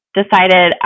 decided